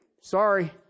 Sorry